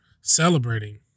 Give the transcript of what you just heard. celebrating